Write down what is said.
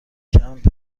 کمپ